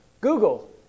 Google